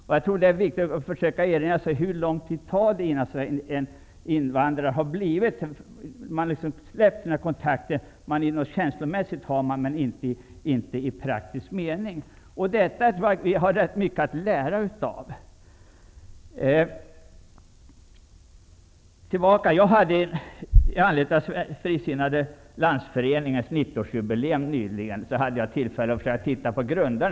Jag tror att det är viktigt att försöka fundera över hur lång tid det tar innan en invandrargrupp släpper det man hade med sig från hemlandet, även om kanske en känslomässig bindning finns kvar. Vi har rätt mycket att lära av detta. Jag hade nyligen med anledning av Frisinnade Landsföreningens 90-årsjubileum tillfälle att uppmärksamma Ernst Beckman, föreningens grundare.